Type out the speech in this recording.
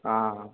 ఆ